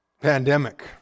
Pandemic